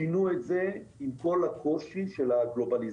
שינו את זה, עם כל הקושי של הגלובליזציה,